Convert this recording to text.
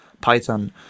Python